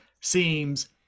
seems